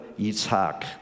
Isaac